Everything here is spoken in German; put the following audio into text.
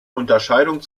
unterscheidung